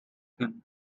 him